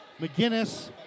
McGinnis